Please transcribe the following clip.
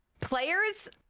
players